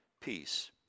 peace